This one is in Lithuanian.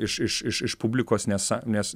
iš iš iš iš publikos nes nes